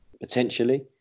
Potentially